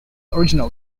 original